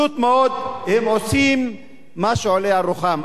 הם עושים מה שעולה על רוחם.